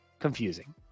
Confusing